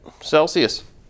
Celsius